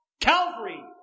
Calvary